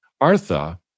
Artha